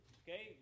okay